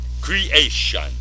creation